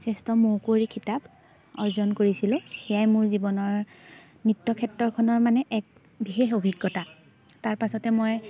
শ্ৰেষ্ঠ মৌ কুঁৱৰী খিতাপ অৰ্জন কৰিছিলোঁ সেয়াই মোৰ জীৱনৰ নৃত্য ক্ষেত্ৰখনৰ মানে এক বিশেষ অভিজ্ঞতা তাৰপাছতে মই